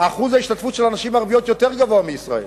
אחוז ההשתתפות של הנשים הערביות יותר גבוה מאשר בישראל.